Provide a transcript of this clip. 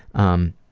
um,